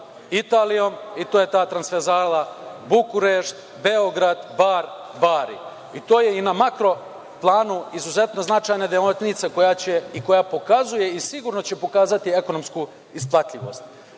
Italijom i to je ta transverzala Bukurešt-Beograd-Bar-Bari. To je i na makro planu izuzetno značajna deonica koja će i koja pokazuje i sigurno će pokazati ekonomsku isplativost.